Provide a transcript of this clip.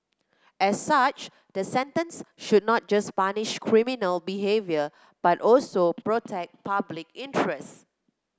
as such the sentence should not just punish criminal behaviour but also protect public interest